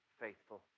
faithful